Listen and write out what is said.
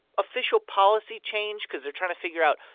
official policy changed? because they're trying to figure out,